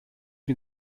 mir